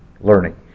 learning